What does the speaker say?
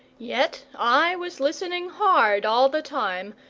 yet i was listening hard all the time,